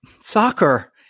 soccer